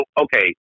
okay